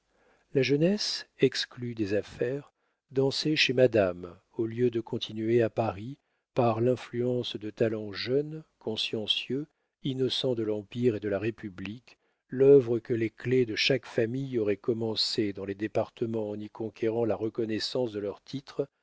la jeunesse exclue des affaires dansait chez madame au lieu de continuer à paris par l'influence de talents jeunes consciencieux innocents de l'empire et de la république l'œuvre que les chefs de chaque famille auraient commencée dans les départements en y conquérant la reconnaissance de leurs titres